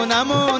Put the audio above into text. Namo